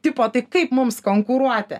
tipo tai kaip mums konkuruoti